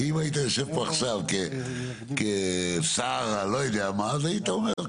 כי אם היית יושב פה עכשיו כשר הלא יודע מה אז היית אומר,